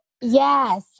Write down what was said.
Yes